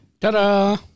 Ta-da